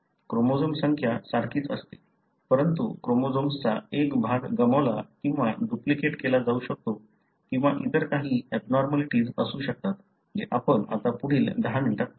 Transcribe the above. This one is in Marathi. क्रोमोझोम संख्या सारखीच असते परंतु क्रोमोझोम्सचा एक भाग गमावला किंवा डुप्लिकेट केला जाऊ शकतो किंवा इतर काही एबनॉर्मलिटीज असू शकतात जे आपण आता पुढील 10 मिनिटांत पाहू